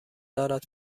دارد